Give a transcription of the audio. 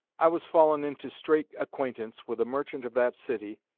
i was fallen into straight acquaintance with a merchant of that city,